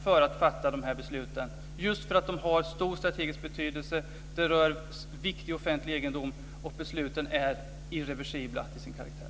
Sådana beslut har stor strategisk betydelse, de rör viktig offentlig egendom och de är irreversibla till sin karaktär.